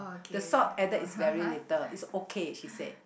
the salt added is very little it's okay she said